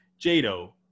Jado